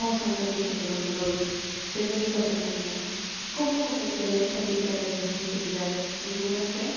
oh santa virgen de los dolores señora y patrona mía cómo convenceré a esta pícara de mi sinceridad de mi buena fe